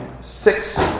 six